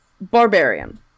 barbarian